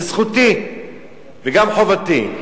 זו זכותי וגם חובתי.